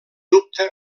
dubte